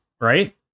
right